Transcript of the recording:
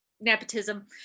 nepotism